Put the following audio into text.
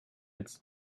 its